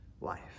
life